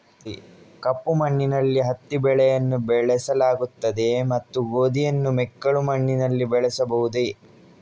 ಕಪ್ಪು ಮಣ್ಣಿನಲ್ಲಿ ಹತ್ತಿ ಬೆಳೆಯನ್ನು ಬೆಳೆಸಲಾಗುತ್ತದೆಯೇ ಮತ್ತು ಗೋಧಿಯನ್ನು ಮೆಕ್ಕಲು ಮಣ್ಣಿನಲ್ಲಿ ಬೆಳೆಯಬಹುದೇ?